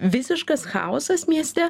visiškas chaosas mieste